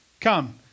Come